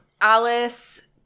Alice